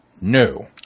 No